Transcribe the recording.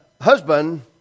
husband